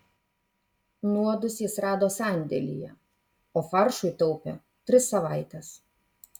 nuodus jis rado sandėlyje o faršui taupė tris savaites